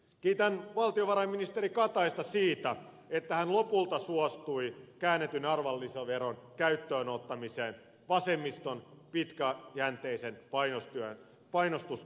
kiitän valtiovarainministeri kataista siitä että hän lopulta suostui käännetyn arvonlisäveron käyttöön ottamiseen vasemmiston pitkäjänteisen painostustyön myötä